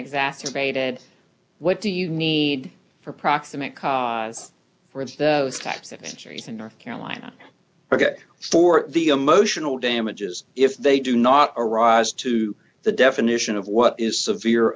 exacerbated what do you need for proximate cause for if those types of injuries in north carolina are good for the emotional damages if they do not arise to the definition of what is severe